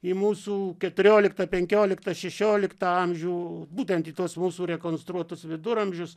į mūsų keturioliktą penkioliktą šešioliktą amžių būtent į tuos mūsų rekonstruotus viduramžius